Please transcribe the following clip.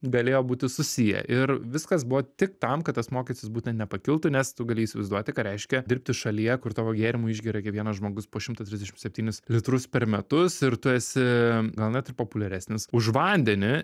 galėjo būti susiję ir viskas buvo tik tam kad tas mokestis būtent nepakiltų nes tu gali įsivaizduoti ką reiškia dirbti šalyje kur tavo gėrimų išgeria kiekvienas žmogus po šimtą trisdešimt septynis litrus per metus ir tu esi gal net ir populiaresnis už vandenį